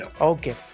Okay